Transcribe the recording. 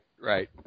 right